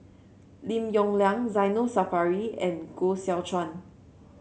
Lim Yong Liang Zainal Sapari and Koh Seow Chuan